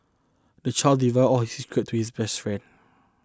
the child divulged all his secrets to his best friend